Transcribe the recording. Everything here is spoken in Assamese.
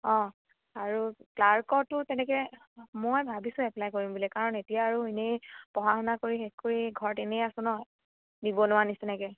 অ' আৰু ক্লাৰ্কতো তেনেকৈ মই ভাবিছোঁ এপ্লাই কৰিম বুলি কাৰণ এতিয়া আৰু এনেই পঢ়া শুনা কৰি শেষ কৰি ঘৰত এনেই আছোঁ ন নিবনুৱা নিচিনাকৈ